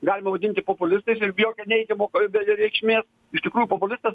galima vadinti populistais ir be jokio neigiamo koj beja reikšmės iš tikrųjų populistas